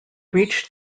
reached